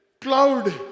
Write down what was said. cloud